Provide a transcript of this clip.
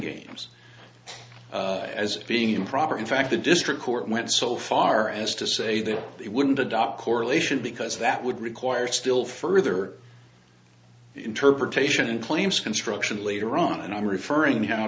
games as being improper in fact the district court went so far as to say that they wouldn't adopt correlation because that would require still further interpretation and claims construction later on and i'm referring